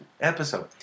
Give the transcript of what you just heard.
episode